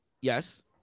yes